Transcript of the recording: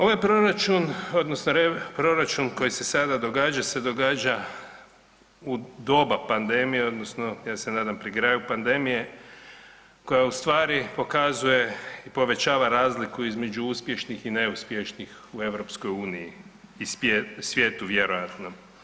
Ovaj proračun odnosno proračun koji se sada događa se događa u doba pandemije odnosno ja se nadam pri kraju pandemije koja ustvari pokazuje i povećava razliku između uspješnih i neuspješnih u EU i svijetu vjerojatno.